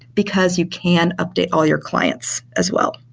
because you can update all your clients as well.